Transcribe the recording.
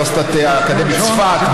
והאוניברסיטה האקדמית צפת,